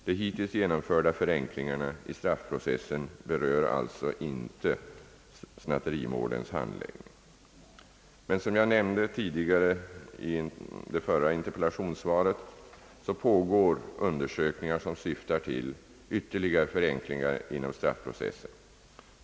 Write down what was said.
De hittills genomförda förenklingarna i straffprocessen berör alltså inte snatterimålens handläggning. Som jag har nämnt i mitt tidigare interpellationssvar till herr Lundström pågår emellertid undersökningar, som syftar till ytterligare förenklingar inom straffprocessen.